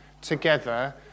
together